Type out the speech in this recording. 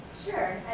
Sure